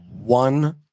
one